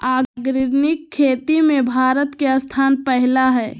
organic खेती में भारत के स्थान पहिला हइ